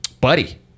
Buddy